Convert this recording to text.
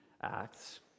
acts